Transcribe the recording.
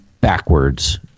backwards